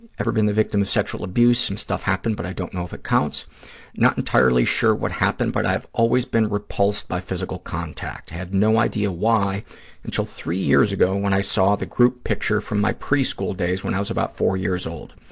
ever been the victim of sexual abuse? some stuff happened but i don't know if it counts. i'm not entirely sure what happened, but i've always been repulsed by physical contact. i had no idea why until three years ago when i saw the group picture from my preschool days when i was about four years old.